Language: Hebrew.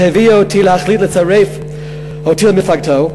שהביאו אותו להחליט לצרף אותי למפלגתו,